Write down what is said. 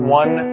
one